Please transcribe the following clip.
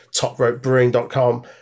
topropebrewing.com